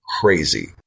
crazy